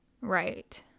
Right